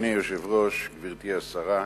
אדוני היושב-ראש, גברתי השרה,